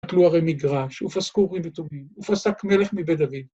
בוטלו ערי מגרש, ופסקו אורים ותומים, ופסק מלך מבית דוד.